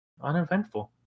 uneventful